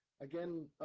again